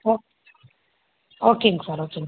okay ஓகேங்க sir ஓகேங்க sir